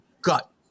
gut